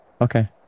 Okay